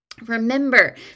remember